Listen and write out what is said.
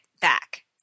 back